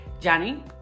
Johnny